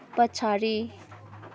पछाडि